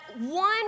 one